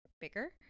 bigger